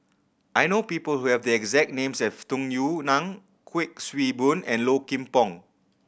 I know people who have the exact name as Tung Yue Nang Kuik Swee Boon and Low Kim Pong